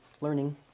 learning